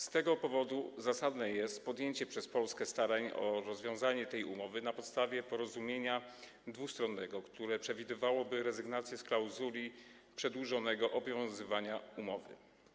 Z tego powodu zasadne jest podjęcie przez Polskę starań o rozwiązanie tej umowy na podstawie porozumienia dwustronnego, które przewidywałoby rezygnację z klauzuli przedłużonego obowiązywania umowy.